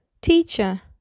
Teacher